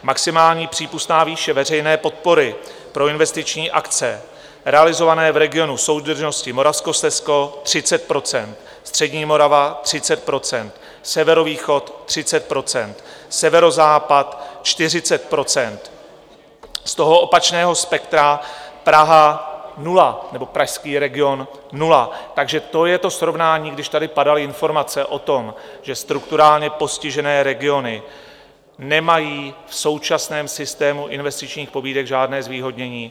Maximální přípustná výše veřejné podpory pro investiční akce realizované v regionu soudržnosti: Moravskoslezsko 30 %, Střední Morava 30 %, Severovýchod 30 %, Severozápad 40 %, z toho opačného spektra Praha 0, nebo pražský region 0, takže to je to srovnání, když tady padaly informace o tom, že strukturálně postižené regiony nemají v současném systému investičních pobídek žádné zvýhodnění.